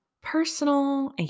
Personal